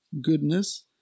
goodness